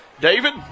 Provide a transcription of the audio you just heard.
David